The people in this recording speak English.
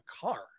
car